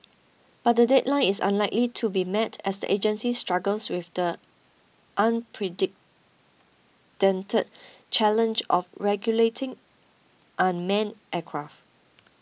but the deadline is unlikely to be met as the agency struggles with the challenge of regulating unmanned aircraft